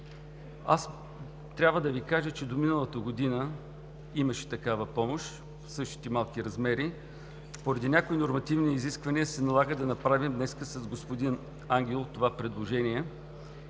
Трябва да Ви кажа, че до миналата година имаше такава помощ в същите малки размери, но поради някои нормативни изисквания днес се налага да направим с господин Ангелов това предложение.